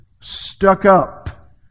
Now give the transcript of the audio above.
stuck-up